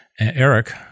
Eric